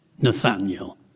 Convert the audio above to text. Nathaniel